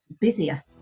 busier